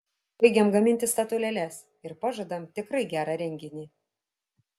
baigiam gaminti statulėles ir pažadam tikrai gerą renginį